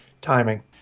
timing